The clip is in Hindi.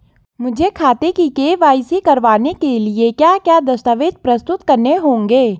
मुझे खाते की के.वाई.सी करवाने के लिए क्या क्या दस्तावेज़ प्रस्तुत करने होंगे?